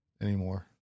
anymore